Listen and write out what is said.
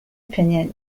opinion